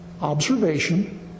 Observation